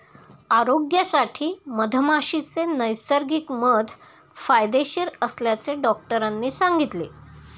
आरोग्यासाठी मधमाशीचे नैसर्गिक मध फायदेशीर असल्याचे डॉक्टरांनी सांगितले